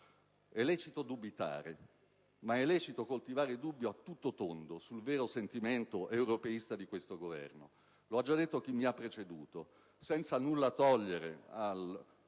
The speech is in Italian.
È lecito dubitare. Ma è lecito coltivare dubbi a tutto tondo sul vero sentimento europeista di questo Governo: lo ha già detto chi mi ha preceduto. Senza nulla togliere